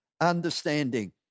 understanding